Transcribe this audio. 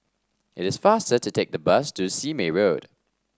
it is faster to take the bus to Sime Road